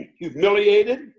humiliated